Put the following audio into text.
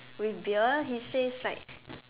with beer he says like